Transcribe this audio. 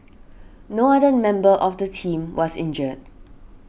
no other member of the team was injured